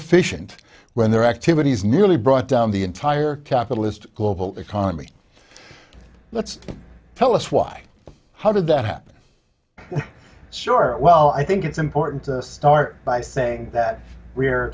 efficient when their activities nearly brought down the entire capitalist global economy let's tell us why how did that happen sure well i think it's important to start by saying that we're